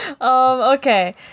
okay